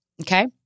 okay